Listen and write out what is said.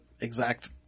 exact